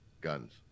Guns